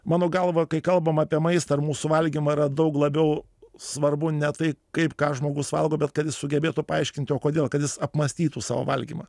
mano galva kai kalbam apie maistą ar mūsų valgymą yra daug labiau svarbu ne tai kaip ką žmogus valgo bet kad jis sugebėtų paaiškinti o kodėl kad jis apmąstytų savo valgymą